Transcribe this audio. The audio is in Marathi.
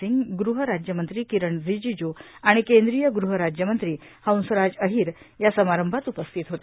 सिंग गृह राज्यमंत्री किरण रिजिजू आणि केंद्रीय गृह राज्यमंत्री हंसराज अहिर या समारंभात उपस्थित होते